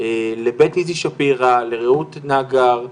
לבית איזי שפירא, לרעות נגר,